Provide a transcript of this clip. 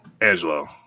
Angelo